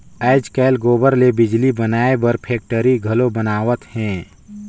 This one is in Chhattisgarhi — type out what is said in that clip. आयज कायल गोबर ले बिजली बनाए बर फेकटरी घलो बनावत हें